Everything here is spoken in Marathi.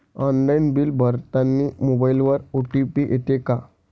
ऑनलाईन बिल भरतानी मोबाईलवर ओ.टी.पी येते का?